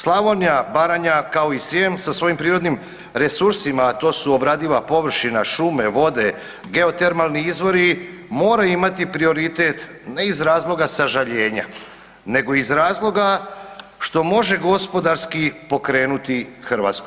Slavonija, Baranja kao i Srijem sa svojim prirodnim resursima, a to su obradiva površina, šume, vode, geotermalni izvori moraju imati prioritet ne iz razloga sažaljenja, nego iz razloga što može gospodarski pokrenuti Hrvatsku.